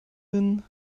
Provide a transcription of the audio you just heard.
bin